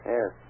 Yes